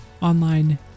online